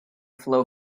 flow